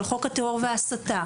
על חוק הטרור וההסתה,